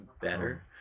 better